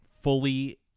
fully